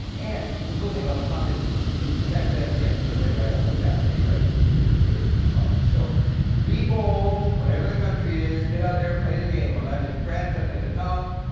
and the cool thing about petanque is you actually have a chance to win right off the bat, anybody can do pretty good at petanque. so be bold, whatever the country is, get out there, play the game. when i'm in france i play petanque,